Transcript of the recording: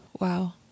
Wow